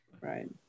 right